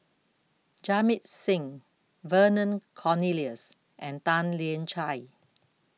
Jamit Singh Vernon Cornelius and Tan Lian Chye